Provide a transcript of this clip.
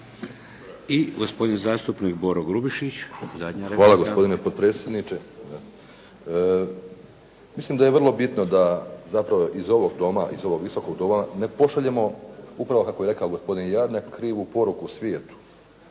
I gospodin zastupnik Boro Grubišić, zadnja replika. **Grubišić, Boro (HDSSB)** Hvala gospodine potpredsjedniče. Mislim da je vrlo bitno da zapravo iz ovog Doma, iz ovog Visokog doma ne pošaljemo upravo kako je rekao gospodin Jarnjak krivu poruku svijetu.